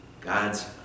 God's